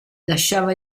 lasciava